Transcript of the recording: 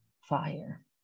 Fire